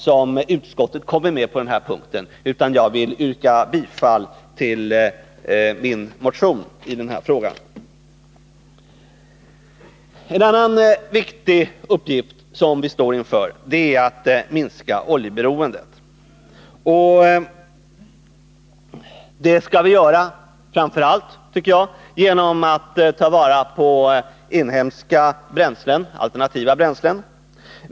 Jag kan inte godta det förslaget utan yrkar bifall till min motion i den här frågan. En annan viktig uppgift som vi står inför är att minska oljeberoendet. Det tycker jag att vi framför allt skall göra genom att ta vara på inhemska, alternativa bränslen.